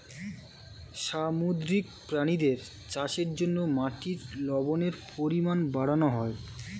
সামুদ্রিক প্রাণীদের চাষের জন্যে মাটির লবণের পরিমাণ বাড়ানো হয়